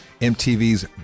MTV's